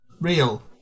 Real